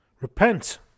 Repent